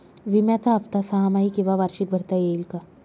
विम्याचा हफ्ता सहामाही किंवा वार्षिक भरता येईल का?